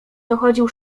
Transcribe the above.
dochodził